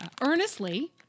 earnestly